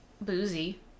boozy